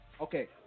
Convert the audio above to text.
Okay